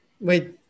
Wait